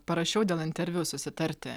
parašiau dėl interviu susitarti